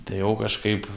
tai jau kažkaip